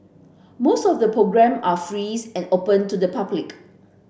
most of the programme are frees and open to the public